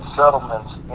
settlements